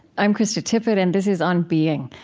i'm krista tippett, and this is on being.